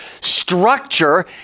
structure